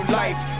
life